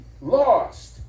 lost